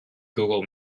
google